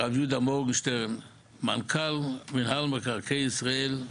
יהודה מורגנשטרן, מנכ"ל מנהל מקרקעי ישראל,